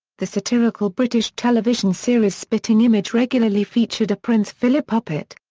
the satirical british television series spitting image regularly featured a prince philip puppet.